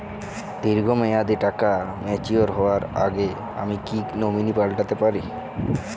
দীর্ঘ মেয়াদি টাকা ম্যাচিউর হবার আগে আমি কি নমিনি পাল্টা তে পারি?